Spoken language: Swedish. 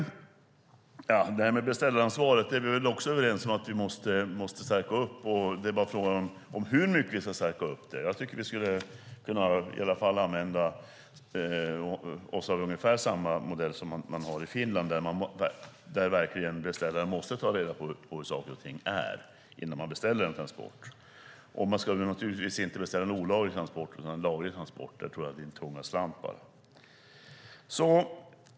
Beställaransvaret är vi väl också överens om att vi måste stärka upp. Frågan är bara hur mycket vi ska stärka upp det. Jag tycker att vi i alla fall skulle kunna använda oss av ungefär samma modell som i Finland, där beställaren verkligen måste ta reda på hur saker och ting är innan man beställer en transport. Och man ska naturligtvis inte beställa en olaglig transport utan en laglig transport - där tror jag att din tunga slant, bara.